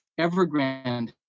Evergrande